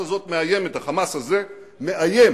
ה"חמאס" הזה מאיים